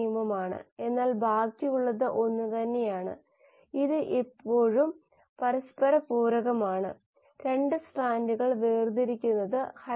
ചില സാഹചര്യങ്ങളിൽ ഇത് ഒരു സ്ഥിരമാണ് മറ്റ് സാഹചര്യങ്ങളിൽ ഇത് ഒരു സ്ഥിരമല്ല